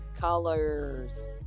colors